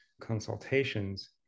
consultations